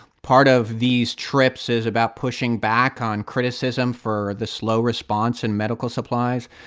part of these trips is about pushing back on criticism for the slow response in medical supplies.